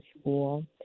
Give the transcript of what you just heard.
school